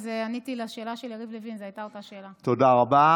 אז העניין הזה עוד לא הובא אליי.